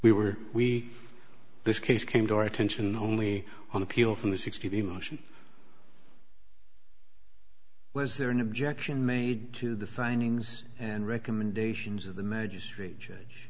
we were we this case came to our attention only on appeal from the sixty the motion was there an objection made to the findings and recommendations of the magistrate judge